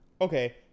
Okay